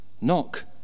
Knock